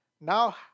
now